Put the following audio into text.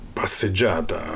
passeggiata